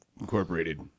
Incorporated